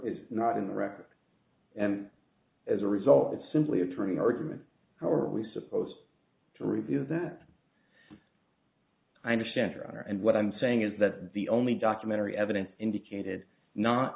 is not in the record and as a result it's simply a turning argument how are we supposed to review that i understand your honor and what i'm saying is that the only documentary evidence indicated not